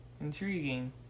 Intriguing